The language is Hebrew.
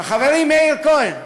חברי מאיר כהן,